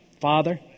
Father